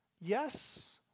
Yes